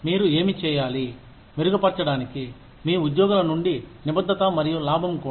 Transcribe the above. మీరు ఏమి చేయాలి మెరుగుపరచడానికి మీ ఉద్యోగుల నుండి నిబద్ధత మరియు లాభం కూడా